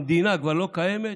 המדינה כבר לא קיימת?